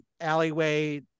alleyway